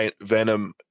Venom